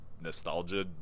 nostalgia